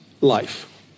life